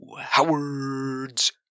Howard's